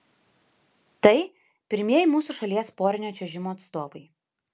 tai pirmieji mūsų šalies porinio čiuožimo atstovai